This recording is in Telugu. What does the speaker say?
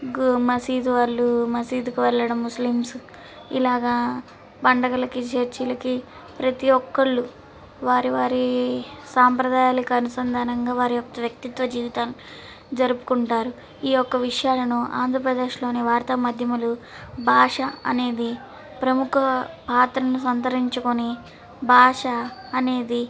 గు మసీదు వాళ్ళు మసీదుకు వెళ్ళడము ముస్లిమ్స్ ఇలాగా పండగలకి చర్చీలకి ప్రతి ఒక్కళ్ళు వారివారి సాంప్రదాయాలకి అనుసంధానంగా వారియొక్క వ్యక్తిత్వ జీవితాలను జరుపుకుంటారు ఈ యొక్క విషయాలను ఆంధ్రప్రదేశ్లోని వార్తా మాధ్యములు భాష అనేది విషయం ప్రముఖ పాత్రను సంతరించుకొని భాష అనేది